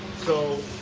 so,